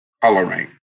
coloring